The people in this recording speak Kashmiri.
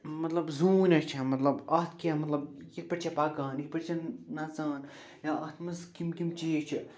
مطلب زوٗنیٛا چھےٚ مطلب اَتھ کیٛاہ مطلب یہِ کِتھ پٲٹھۍ چھےٚ پَکان یِتھ پٲٹھۍ چھِ نَژان یا اتھ منٛز کِمۍ کِمۍ چیٖز چھِ